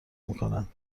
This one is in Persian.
میکنند